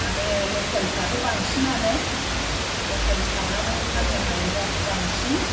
आरो लकेलफ्राथ' बांसिनानो लकेल सारनानै फाननो हायोब्लाथ' बांसिन